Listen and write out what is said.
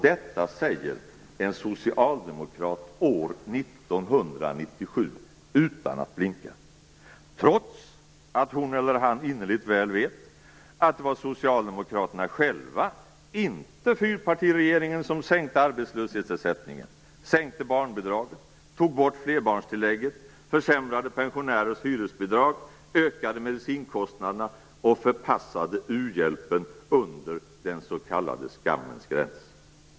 Detta säger en socialdemokrat år 1997 utan att blinka, trots att hon eller han innerligt väl vet att det var Socialdemokraterna själva, inte fyrpartiregeringen, som sänkte arbetslöshetsersättningen, sänkte barnbidraget, tog bort flerbarnstillägget, försämrade pensionärers hyresbidrag, ökade medicinkostnaderna och förpassade u-hjälpen under den s.k. skammens gräns.